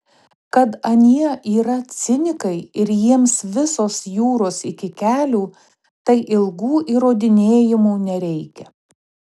kad anie yra cinikai ir jiems visos jūros iki kelių tai ilgų įrodinėjimų nereikia